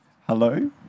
Hello